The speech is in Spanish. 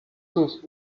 sus